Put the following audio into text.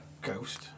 ghost